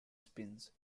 spins